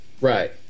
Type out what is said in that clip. Right